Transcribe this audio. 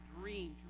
dream